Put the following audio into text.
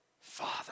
father